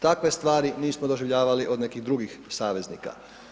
Takve stvari nismo doživljavali od nekih drugih saveznika.